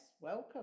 welcome